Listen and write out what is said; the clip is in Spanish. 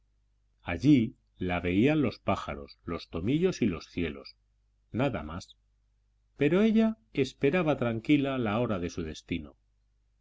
allí la veían los pájaros los tomillos y los cielos nada más pero ella esperaba tranquila la hora de su destino